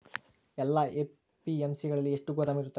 ಎಲ್ಲಾ ಎ.ಪಿ.ಎಮ್.ಸಿ ಗಳಲ್ಲಿ ಎಷ್ಟು ಗೋದಾಮು ಇರುತ್ತವೆ?